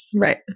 right